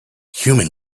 human